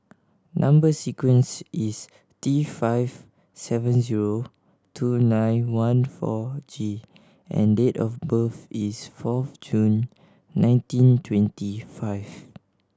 number sequence is T five seven zero two nine one four G and date of birth is four June nineteen twenty five